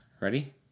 Ready